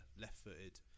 left-footed